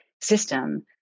system